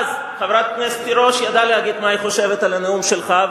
אז חברת הכנסת תירוש ידעה להגיד מה היא חושבת על הנאום שלך,